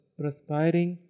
perspiring